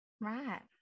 Right